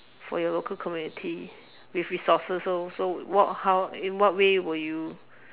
for your local community with resources so so what how in what way will you